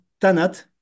Tanat